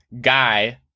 guy